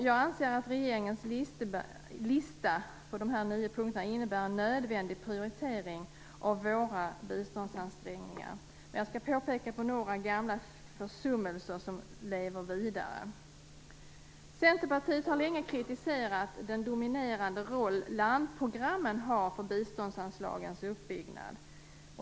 Jag anser att regeringens lista på dessa nio punkter innebär en nödvändig prioritering av våra biståndsansträngningar. Men jag vill peka på några gamla försummelser som lever vidare. Centerpartiet har länge kritiserat den dominerande roll landprogrammen har för biståndsanslagens uppbyggnad.